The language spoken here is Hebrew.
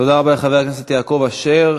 תודה רבה לחבר הכנסת יעקב אשר.